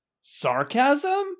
sarcasm